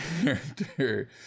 character